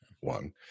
one